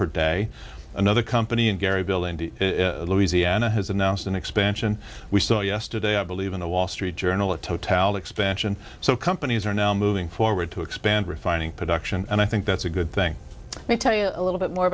per day another company in garyville in louisiana has announced an expansion we saw yesterday i believe in the wall street journal a totality stanch and so companies are now moving forward to expand refining production and i think that's a good thing they tell you a little bit more